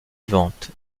vivantes